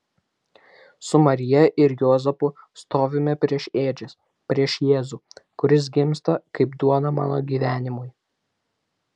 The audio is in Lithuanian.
su marija ir juozapu stovime prieš ėdžias prieš jėzų kuris gimsta kaip duona mano gyvenimui